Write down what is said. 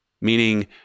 Meaning